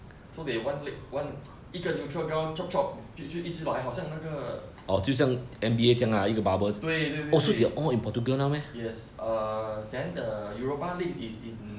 so they one league one 一个 neutral ground chop chop 就就一直来好像那个对对对对 yes err then the europa league is in